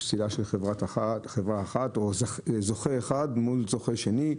פסילה של חברה אחת או זוכה אחד מול זוכה שני.